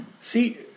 See